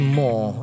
more